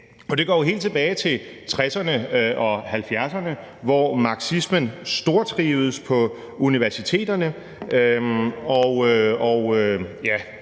og det går jo helt tilbage til 1960'erne og 1970'erne, hvor marxismen stortrivedes på universiteterne, og hvor